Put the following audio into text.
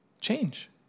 Change